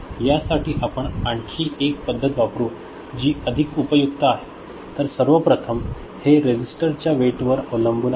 यासाठी आपण आणखी एक पद्धत वापरु जी अधिक उपयुक्त आहे तर सर्वप्रथम हे रेसिस्टर च्या वेट वर अवलंबून आहे